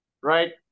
right